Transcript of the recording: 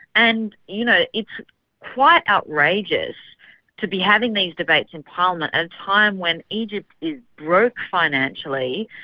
and you know, it's quite outrageous to be having these debates in parliament at a time when egypt is broke financially,